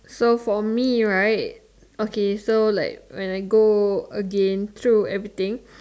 so for me right okay so like when I go again through everything